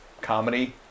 comedy